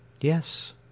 Yes